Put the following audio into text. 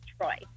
Troy